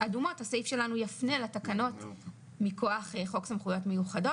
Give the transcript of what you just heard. אדומות הסעיף שלנו יפנה לתקנות מכוח חוק סמכויות מיוחדות.